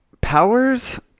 Powers